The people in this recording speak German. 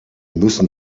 müssen